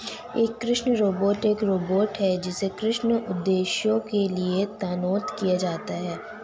एक कृषि रोबोट एक रोबोट है जिसे कृषि उद्देश्यों के लिए तैनात किया जाता है